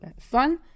fun